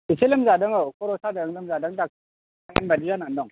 एसे लोमजादों औ खर'सादों लोमजादों मैयानि बायदि जानानै दं